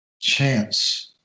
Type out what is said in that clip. chance